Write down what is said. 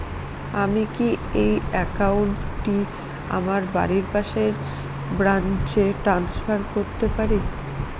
আমি কি এই একাউন্ট টি আমার বাড়ির পাশের ব্রাঞ্চে ট্রান্সফার করতে পারি?